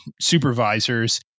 supervisors